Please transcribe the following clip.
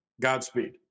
Godspeed